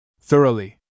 Thoroughly